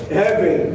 heaven